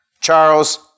Charles